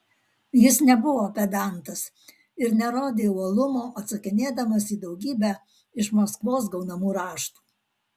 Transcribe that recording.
jis nebuvo pedantas ir nerodė uolumo atsakinėdamas į daugybę iš maskvos gaunamų raštų